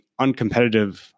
uncompetitive